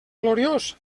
gloriós